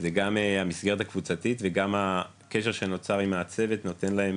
גם המסגרת הקבוצתית וגם הקשר שנוצר עם הצוות נותן להם